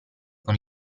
con